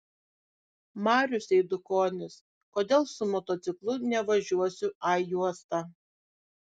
marius eidukonis kodėl su motociklu nevažiuosiu a juosta